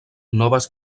noves